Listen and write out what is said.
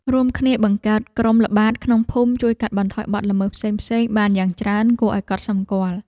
រួមគ្នាបង្កើតក្រុមល្បាតក្នុងភូមិជួយកាត់បន្ថយបទល្មើសផ្សេងៗបានយ៉ាងច្រើនគួរឱ្យកត់សម្គាល់។